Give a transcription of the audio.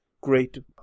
great